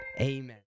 Amen